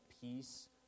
peace